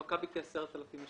במכבי, כ-10,000.